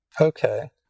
Okay